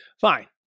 Fine